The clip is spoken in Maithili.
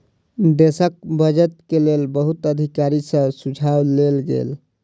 देशक बजट के लेल बहुत अधिकारी सॅ सुझाव लेल गेल